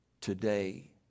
today